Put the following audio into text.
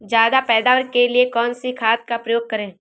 ज्यादा पैदावार के लिए कौन सी खाद का प्रयोग करें?